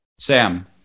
Sam